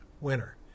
winner